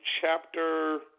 chapter